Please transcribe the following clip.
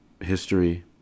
history